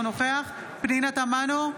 אינו נוכח פנינה תמנו,